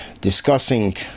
discussing